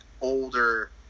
older